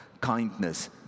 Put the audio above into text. kindness